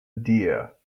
deer